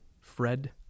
Fred